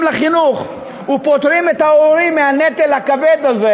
לחינוך ופוטרים את ההורים מהנטל הכבד הזה,